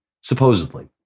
Supposedly